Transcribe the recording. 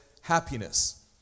happiness